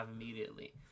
immediately